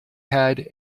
had